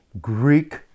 Greek